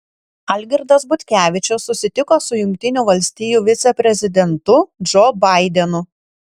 algirdas butkevičius susitiko su jungtinių valstijų viceprezidentu džo baidenu